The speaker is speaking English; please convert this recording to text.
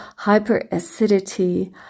hyperacidity